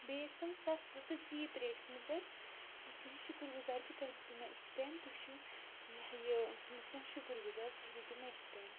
بیٚیہِ ٲسۍ تم سَستہٕ تہٕ چیٖپ ریٹَس منٛز ٲسۍ بہٕ تُہُنٛد شُکُر گُزار کہِ تۄہہِ دِتِوٕ مےٚ اِتھ پٮ۪ن تُہۍ چھُو یِہَے یہِ بہٕ چھُس تُہُنٛد شُکُر گُزار تۄہہِ دِتِوٕ مےٚ اِتھ پٮ۪ن